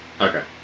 Okay